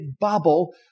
bubble